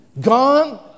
Gone